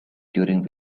during